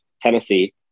Tennessee